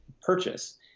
purchase